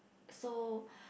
so